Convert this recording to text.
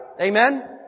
Amen